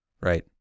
Right